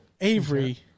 Avery